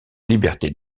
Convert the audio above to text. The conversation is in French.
liberté